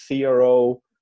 CRO